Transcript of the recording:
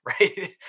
right